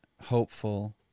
hopeful